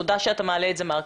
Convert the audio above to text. תודה שאתה מעלה את הנושא.